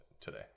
today